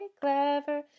clever